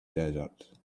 desert